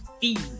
feed